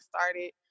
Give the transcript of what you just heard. started